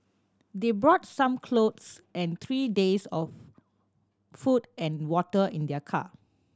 they brought some clothes and three days of food and water in their car